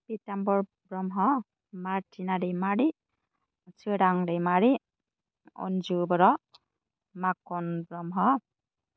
Pritambar Brahma Marthina Daimary Soran Daimary Anju Boro Makhon Brahma